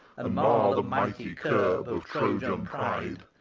and mar the mighty curb of trojan pride,